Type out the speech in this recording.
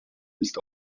ist